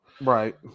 Right